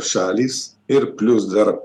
šalys ir plius dar